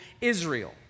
Israel